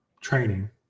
Training